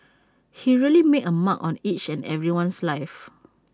he really made A mark on each and everyone's life